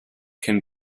can